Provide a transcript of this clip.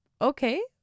okay